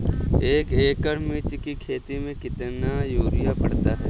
एक एकड़ मिर्च की खेती में कितना यूरिया पड़ता है?